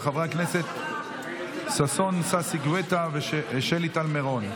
של חברי הכנסת ששון ששי גואטה ושלי טל מירון.